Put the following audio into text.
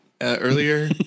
earlier